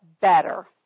better